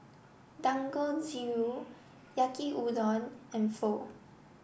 Dangojiru Yaki Udon and Pho